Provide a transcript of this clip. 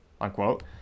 unquote